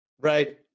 Right